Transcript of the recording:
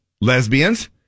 lesbians